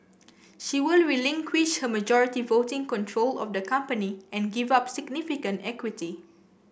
she will relinquish her majority voting control of the company and give up significant equity